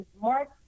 Mark